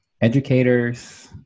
educators